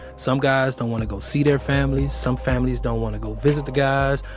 some guys don't want to go see their families. some families don't want to go visit the guys.